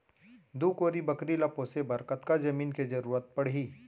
दू कोरी बकरी ला पोसे बर कतका जमीन के जरूरत पढही?